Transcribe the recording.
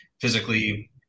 physically